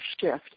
shift